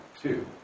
two